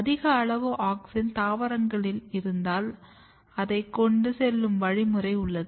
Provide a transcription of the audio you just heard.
அதிக அளவு ஆக்ஸின் தாவரங்களில் இருந்தால் அதை கொண்டு செல்லும் வழிமுறை உள்ளது